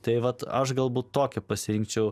tai vat aš galbūt tokią pasirinkčiau